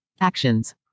Actions